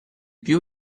più